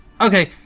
okay